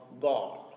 God